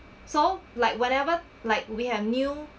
so like whatever like we have new